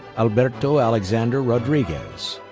alberto alexander rodriguez.